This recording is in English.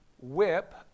whip